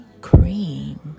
Cream